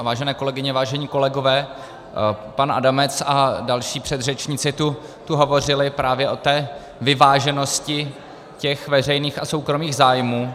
Vážené kolegyně, vážení kolegové, pan Adamec a další předřečníci tu hovořili právě o vyváženosti těch veřejných a soukromých zájmů.